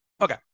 Okay